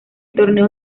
torneo